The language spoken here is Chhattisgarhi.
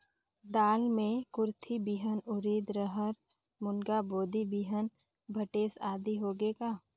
दाल मे कुरथी बिहान, उरीद, रहर, झुनगा, बोदी बिहान भटेस आदि होगे का?